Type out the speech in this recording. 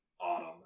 Autumn